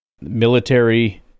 military